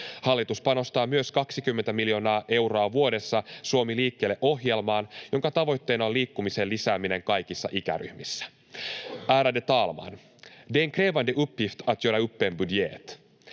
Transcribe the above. Hallitus panostaa myös 20 miljoonaa euroa vuodessa Suomi liikkeelle ‑ohjelmaan, jonka tavoitteena on liikkumisen lisääminen kaikissa ikäryhmissä. Regeringen tar utmaningarna inom social-